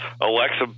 Alexa